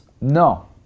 No